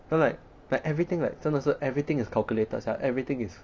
you know like like everything like 真的是 everything is calculated sia everything is